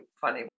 funny